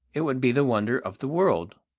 it would be the wonder of the world.